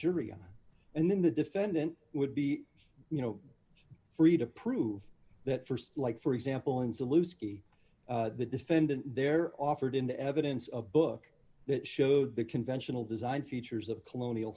jury on and then the defendant would be you know free to prove that st like for example in zalewski the defendant there offered in the evidence of a book that showed the conventional design features of colonial